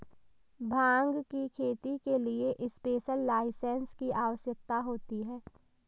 भांग की खेती के लिए स्पेशल लाइसेंस की आवश्यकता होती है